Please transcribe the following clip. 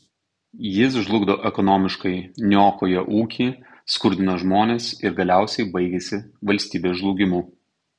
jis žlugdo ekonomiškai niokoja ūkį skurdina žmones ir galiausiai baigiasi valstybės žlugimu